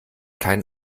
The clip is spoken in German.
kein